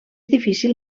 difícil